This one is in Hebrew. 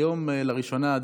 היום לראשונה,